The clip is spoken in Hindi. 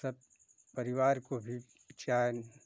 सब परिवार को भी चाय